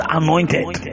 anointed